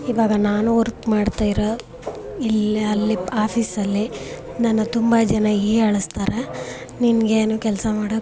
ಇವಾಗ ನಾನು ವರ್ಕ್ ಮಾಡ್ತಾ ಇರೋ ಇಲ್ಲಿ ಅಲ್ಲಿ ಆಫೀಸಲ್ಲಿ ನನ್ನ ತುಂಬ ಜನ ಹೀಯಾಳಿಸ್ತಾರೆ ನಿನಗೇನು ಕೆಲಸ ಮಾಡೋಕ್